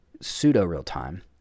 pseudo-real-time